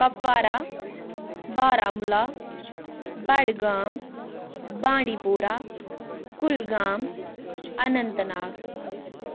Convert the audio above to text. Kupwara Baramulla Budgam Bandipora Kulgam Anant Nag